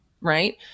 right